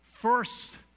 first